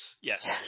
Yes